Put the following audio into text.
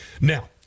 Now